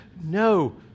no